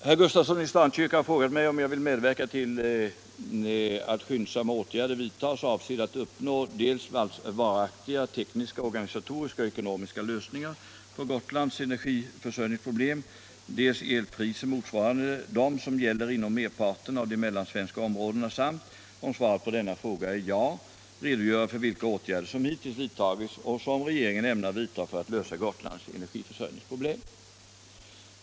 Herr talman! Herr Gustafsson i Stenkyrka har frågat mig om jag vill medverka till att skyndsamma åtgärder vidtas avsedda att uppnå dels varaktiga tekniska, organisatoriska och ekonomiska lösningar på Gotlands energiförsörjningsproblem, dels elpriser motsvarande dem som gäller inom merparten av de mellansvenska områdena samt — om svaret på denna fråga är ja — redogöra för vilka åtgärder som hittills vidtagits och som regeringen ämnar vidta för att lösa Gotlands energiförsörjningsproblem.